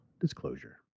disclosure